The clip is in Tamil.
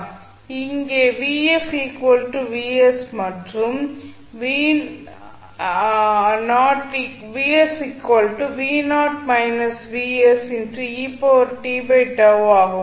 இங்கே மற்றும் ஆகும்